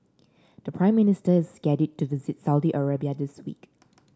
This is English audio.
the Prime Minister is scheduled to visit Saudi Arabia this week